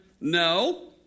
no